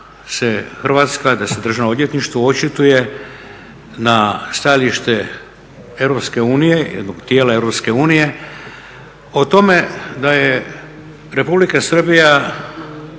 Hrvatska, da se Državno odvjetništvo očituje na stajalište Europske unije, jednog tijela Europske unije o tome da je Republika Srbija,